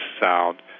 sound